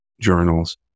journals